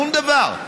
שום דבר.